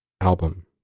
album